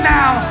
now